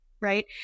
right